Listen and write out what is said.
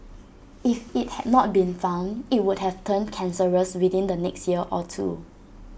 if IT had not been found IT would have turned cancerous within the next year or two